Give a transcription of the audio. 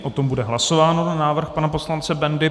O tom bude hlasováno na návrh pana poslance Bendy.